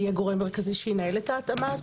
יהיה גורם מרכזי שינהל את ההתאמה הזו?